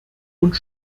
und